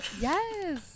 Yes